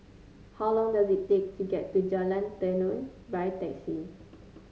how long does it take to get to Jalan Tenon by taxi